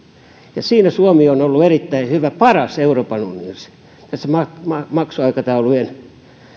ja siinä suomi on ollut erittäin hyvä paras euroopan unionissa tässä maksuaikataulujen